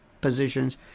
positions